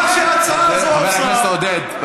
מה שההצעה הזאת עושה, חבר הכנסת עודד.